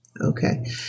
okay